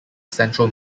central